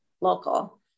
local